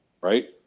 Right